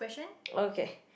okay